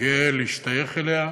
גאה להשתייך אליה,